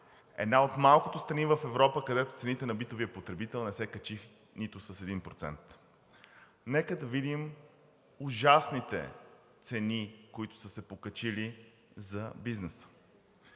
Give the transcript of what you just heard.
Една от малкото страни в Европа, където цените на битовия потребител не се качиха нито с 1%. Нека да видим „ужасните“ цени, които са се покачили за бизнеса: